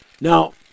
Now